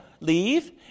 leave